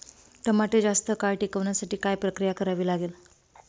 टमाटे जास्त काळ टिकवण्यासाठी काय प्रक्रिया करावी लागेल?